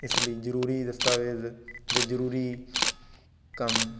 ਇਸ ਲਈ ਜ਼ਰੂਰੀ ਦਸਤਾਵੇਜ਼ ਜਾਂ ਜ਼ਰੂਰੀ ਕੰਮ